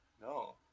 No